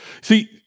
See